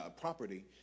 property